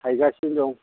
थाइगासिनो दं